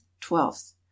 twelfth